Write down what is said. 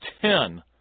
ten